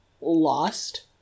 lost